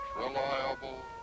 reliable